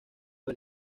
del